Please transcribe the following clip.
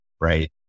right